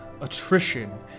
attrition